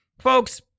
folks